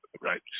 Right